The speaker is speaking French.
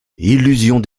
illusions